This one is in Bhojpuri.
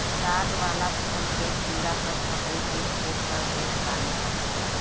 साग वाला फसल के कीड़ा सब पतइ के छेद कर देत बाने सन